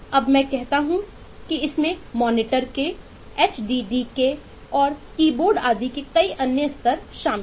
अब मैं कहता हूं कि इसमें मॉनिटर के HDD के और कीबोर्ड आदि के कई अन्य स्तर शामिल हैं